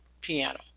piano